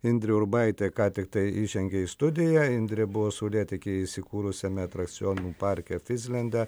indrė urbaitė ką tiktai įžengė į studiją indrė buvo saulėtekyje įsikūrusiame atrakcionų parke fizlende